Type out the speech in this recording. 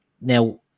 Now